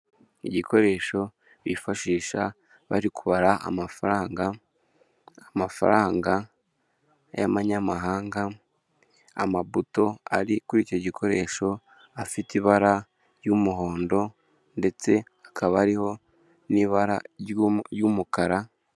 Ibikoresho bifashisha bari kubara amafaranga, amafaranga y'abanyamahanga, amabuto ari kuri icyo gikoresho afite ibara ry'umuhondo ndetse akaba afite n'ibara ry'umukara.